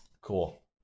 Cool